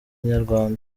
inyarwanda